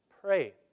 pray